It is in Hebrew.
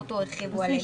גרוטו הרחיבו עליהם.